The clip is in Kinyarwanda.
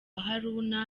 haruna